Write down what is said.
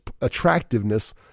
attractiveness